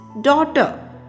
daughter